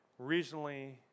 regionally